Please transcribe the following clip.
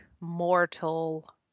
mortal